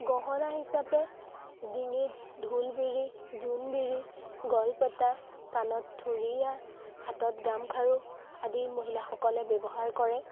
গহনা হিচাপে ডিঙিত ঢোলবিৰি জোনবিৰি গলপতা কাণত থুৰীয়া হাতত গামখাৰু আদি মহিলাসকলে ব্যৱহাৰ কৰে